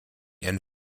and